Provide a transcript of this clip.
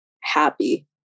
happy